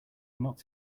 not